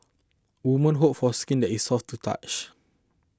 women hope for skin that is soft to touch